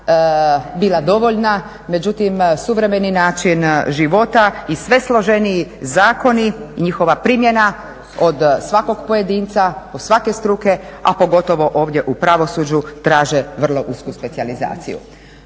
bila dovoljna. Međutim, suvremeni način života i sve složeniji zakoni i njihova primjena od svakog pojedinca, od svake struke, a pogotovo ovdje u pravosuđu traže vrlo usku specijalizaciju.